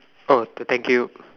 oh thank you